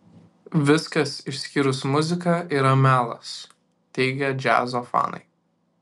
viskas išskyrus muziką yra melas teigia džiazo fanai